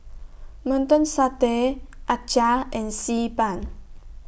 Mutton Satay Acar and Xi Ban